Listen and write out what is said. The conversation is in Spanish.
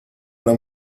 una